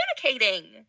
communicating